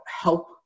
help